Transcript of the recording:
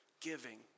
giving